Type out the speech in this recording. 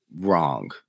wrong